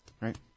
right